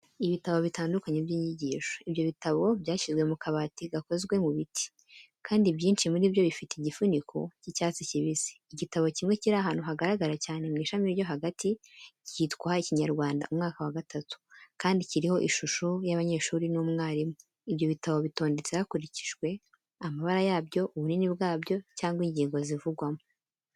Ibitabo bitandukanye by'inyigisho, ibyo bitabo byashyizwe ku kabati gakozwe mu biti, kandi byinshi muri byo bifite igifuniko cy'icyatsi kibisi. Igitabo kimwe kiri ahantu hagaragara cyane mu ishami ryo hagati, cyitwa "Ikinyarwanda umwaka wa gatatu", kandi kiriho ishusho y'abanyeshuri n'umwarimu. Ibyo bitabo bitondetse hakurikijwe amabara yabyo, ubunini bwabyo cyangwa ingingo zivugwamo.